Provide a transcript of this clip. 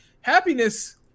Happiness